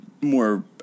more